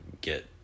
get